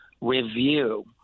review